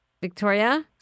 Victoria